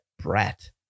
brat